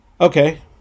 Okay